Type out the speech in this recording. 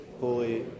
holy